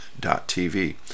TV